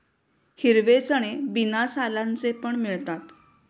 हिरवे चणे बिना सालांचे पण मिळतात